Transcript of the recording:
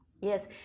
Yes